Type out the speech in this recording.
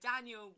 Daniel